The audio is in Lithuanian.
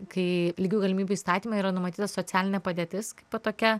kai lygių galimybių įstatyme yra numatyta socialinė padėtis tokia